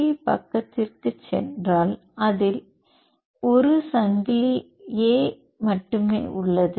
B பக்கத்திற்குச் சென்றால் அதில் a சங்கிலி மட்டுமே உள்ளது